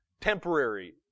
temporary